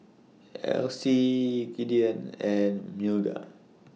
Essie Gideon and Milda